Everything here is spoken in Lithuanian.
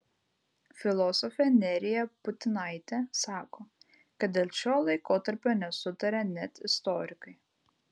filosofė nerija putinaitė sako kad dėl šio laikotarpio nesutaria net istorikai